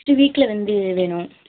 next வீக்கில் வந்து வேணும்